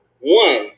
One